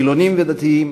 חילונים ודתיים,